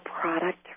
product